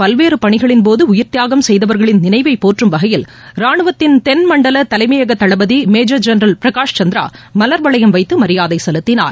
பல்வேறு பணிகளின்போது உயிர்தியாகம் செய்தவர்களின் நினைவை போற்றும் தேசம் காக்கும் வகையில் ராணுவத்தின் தென்மண்டல தலைமையக தளபதி மேஜர் ஜென்ரல் பிரகாஷ் சந்த்ரா மவர் வளையம் வைத்து மரியாதை செலுத்தினார்